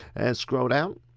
and scroll down.